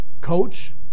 coach